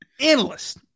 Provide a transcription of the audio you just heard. analyst